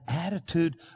attitude